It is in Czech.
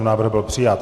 Návrh byl přijat.